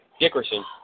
Dickerson